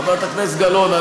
חברת הכנסת גלאון,